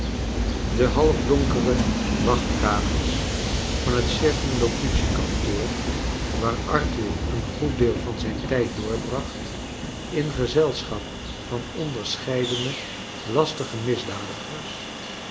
de halfdonkere wachtkamers van het circumlocutie kantoor waar arthur een goed deel van zijn tijd doorbracht in gezelschap van onderscheidene lastige misdadigers